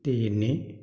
ତିନି